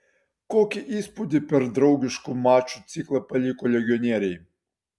kokį įspūdį per draugiškų mačų ciklą paliko legionieriai